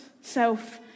self